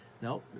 No